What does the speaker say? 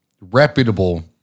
reputable